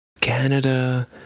Canada